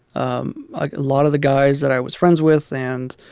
um a lot of the guys that i was friends with and